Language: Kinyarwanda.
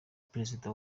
perezida